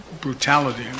brutality